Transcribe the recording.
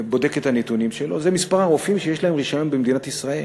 בודק את הנתונים שלו זה מספר הרופאים שיש להם רישיון במדינת ישראל.